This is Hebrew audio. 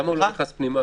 למה הוא לא נכנס פנימה?